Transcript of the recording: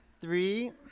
three